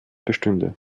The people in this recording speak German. bestünde